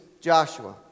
Joshua